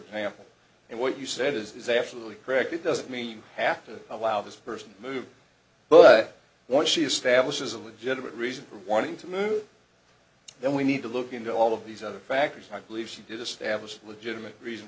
example and what you said is absolutely correct it doesn't mean half to allow this person move but once she establishes a legitimate reason for wanting to move then we need to look into all of these other factors i believe she did establish a legitimate reason